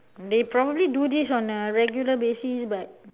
they probably do this on a regular basis but